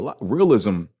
Realism